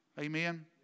Amen